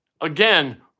again